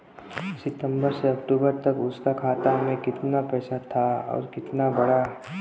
सितंबर से अक्टूबर तक उसका खाता में कीतना पेसा था और कीतना बड़ा?